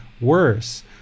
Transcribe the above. worse